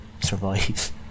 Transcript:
survive